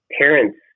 parents